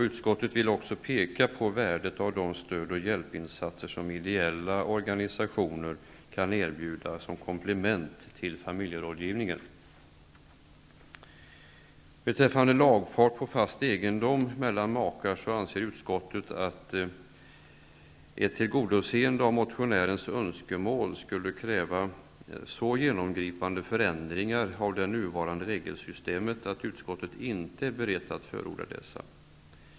Utskottet vill också peka på värdet av de stöd och hjälpinsatser som ideella organisationer kan erbjuda som komplement till familjerådgivningen. Beträffande lagfart på fast egendom mellan makar anser utskottet att ett tillgodoseende av motionärens önskemål skulle kräva så genomgripande förändringar av det nuvarande regelsystemet att utskottet inte är berett att förorda dessa.